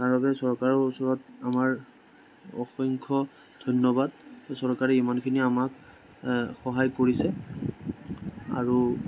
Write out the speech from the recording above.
তাৰবাবে চৰকাৰৰ ওচৰত আমাৰ অসংখ্য ধন্যবাদ চৰকাৰে ইমানখিনি আমাক সহায় কৰিছে আৰু